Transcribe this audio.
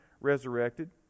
resurrected